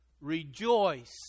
Rejoice